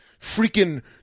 freaking